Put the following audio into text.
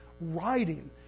writing